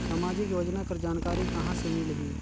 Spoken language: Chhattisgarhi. समाजिक योजना कर जानकारी कहाँ से मिलही?